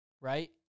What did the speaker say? right